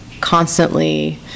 constantly